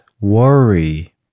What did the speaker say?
worry